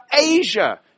Asia